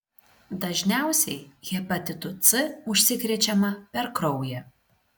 dažniausiai hepatitu c užsikrečiama per kraują